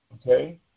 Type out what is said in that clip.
Okay